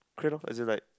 K lor as in like